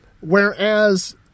whereas